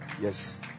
yes